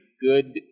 good